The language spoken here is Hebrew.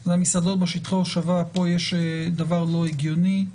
זה המסעדות בשטחי ההושבה, פה יש דבר לא הגיוני,